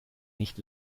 nicht